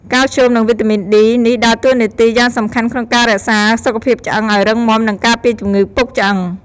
កាល់ស្យូម និង វីតាមីន D នេះដើរតួនាទីយ៉ាងសំខាន់ក្នុងការរក្សាសុខភាពឆ្អឹងឱ្យរឹងមាំ និងការពារជំងឺពុកឆ្អឹង។